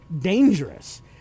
dangerous